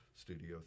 Studio